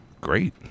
Great